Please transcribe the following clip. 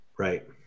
Right